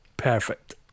perfect